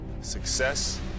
success